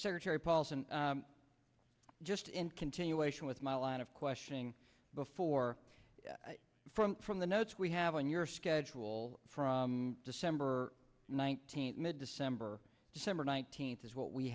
terry paulson just in continuation with my line of questioning before from from the notes we have on your schedule from december nineteenth mid to ember december nineteenth is what we